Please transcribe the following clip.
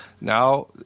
Now